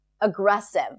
aggressive